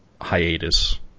hiatus